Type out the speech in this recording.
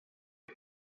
feu